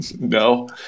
No